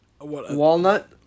Walnut